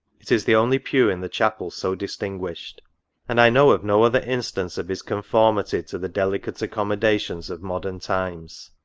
it is the only pew in the chapel so distinguished and i know of no other instance of his conformity to the delicate accommoda tions of modern times.